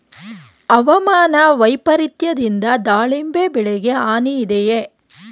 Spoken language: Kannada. ಹವಾಮಾನ ವೈಪರಿತ್ಯದಿಂದ ದಾಳಿಂಬೆ ಬೆಳೆಗೆ ಹಾನಿ ಇದೆಯೇ?